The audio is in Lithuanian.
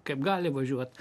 kaip gali važiuot